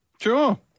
Sure